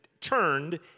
turned